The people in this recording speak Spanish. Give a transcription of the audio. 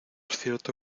cierto